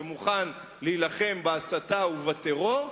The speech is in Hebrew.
שמוכן להילחם בהסתה ובטרור,